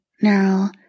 now